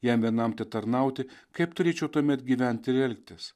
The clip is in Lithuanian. jam vienam tarnauti kaip turėčiau tuomet gyventi ir elgtis